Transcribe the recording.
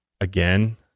again